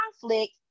conflict